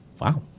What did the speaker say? Wow